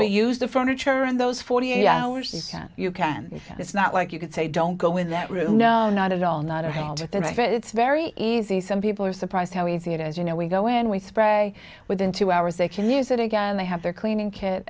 we use the furniture in those forty eight hours you can if it's not like you could say don't go in that room no not at all not that it's very easy some people are surprised how easy it is you know we go in we spray within two hours they can use it again they have their cleaning kit